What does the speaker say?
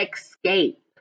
escape